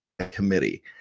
committee